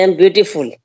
beautiful